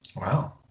Wow